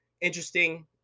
interesting